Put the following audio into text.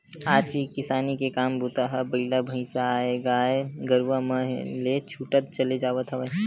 आज के किसानी के काम बूता ह बइला भइसाएगाय गरुवा मन ले छूटत चले जावत हवय